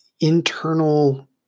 internal